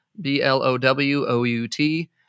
B-L-O-W-O-U-T